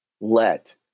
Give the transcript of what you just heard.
let